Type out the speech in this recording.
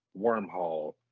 wormhole